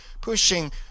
pushing